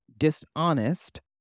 dishonest